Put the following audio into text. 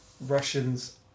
Russians